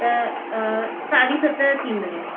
त साढी सत थींदव